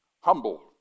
humble